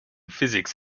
physics